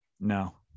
no